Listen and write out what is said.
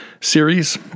series